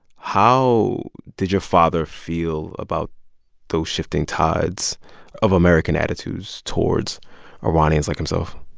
how did your father feel about those shifting tides of american attitudes towards iranians like himself?